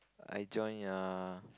I join uh